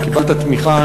וקיבלת תמיכה,